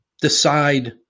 decide